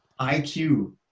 IQ